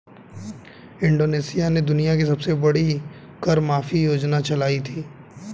Indonesia ने दुनिया की सबसे बड़ी कर माफी योजना चलाई थी